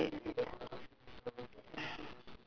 oh okay okay